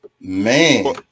Man